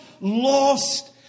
lost